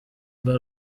bwa